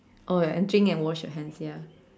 oh ya and drink and wash your hands ya